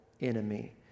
enemy